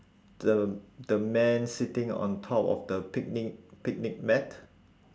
the the man sitting on top of the picnic picnic mat